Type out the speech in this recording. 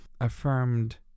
affirmed